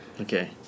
Okay